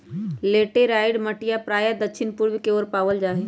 laterite मटिया प्रायः दक्षिण पूर्व के ओर पावल जाहई